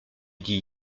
dit